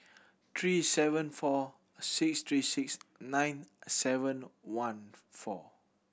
three seven four six three six nine seven one four